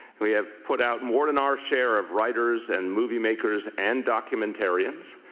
and we have put out more than our share of writers and movie makers and documentarians.